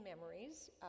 memories